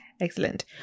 Excellent